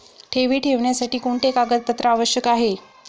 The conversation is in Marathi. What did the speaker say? ठेवी ठेवण्यासाठी कोणते कागदपत्रे आवश्यक आहे?